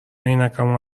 عینکمو